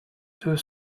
deux